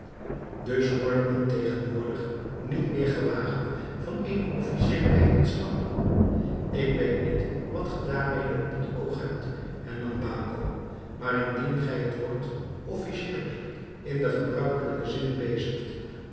dus hoort men tegenwoordig niet meer gewagen van eene officieele wetenschap ik weet niet wat gij daarmede op het oog hebt hernam baco maar indien gij het woord officieel in den gebruikelijken zin bezigt